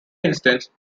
instance